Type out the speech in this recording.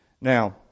Now